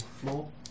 floor